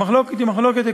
המחלוקת היא מחלוקת עקרונית,